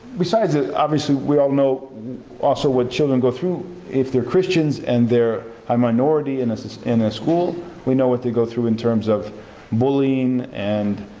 besides ah obviously we all know also what children go through if they're christians and they're a um minority in so in a school we know what they go through in terms of bullying and